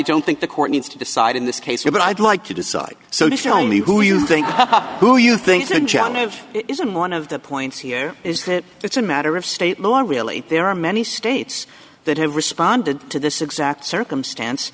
don't think the court needs to decide in this case but i'd like to decide so show me who you think who you think john if it isn't one of the points here is that it's a matter of state law really there are many states that have responded to this exact circumstance